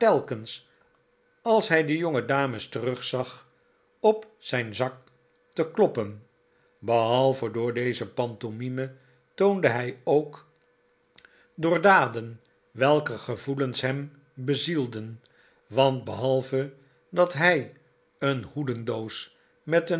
als hij de jongedames terugzag op zijn zak te kloppen behalve door deze pantomime toonde hij ook door daden welke gevoelens hem bezielden want behalve dat hij een hoedendoos met